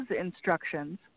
instructions